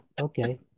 Okay